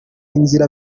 inzira